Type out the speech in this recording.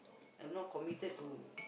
am not committed to